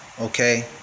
Okay